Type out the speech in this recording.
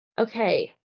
Okay